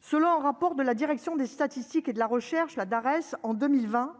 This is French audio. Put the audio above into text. Selon un rapport de la Direction des statistiques et de la recherche, la Darès en 2020